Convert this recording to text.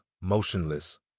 motionless